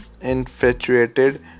infatuated